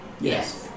Yes